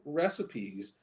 recipes